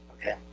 Okay